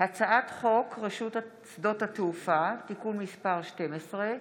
הצעת חוק רשות שדות התעופה (תיקון מס' 12,